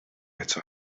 eto